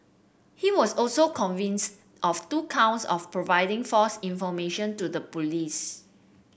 he was also convinced of two counts of providing false information to the police